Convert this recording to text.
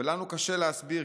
ולנו קשה להסביר,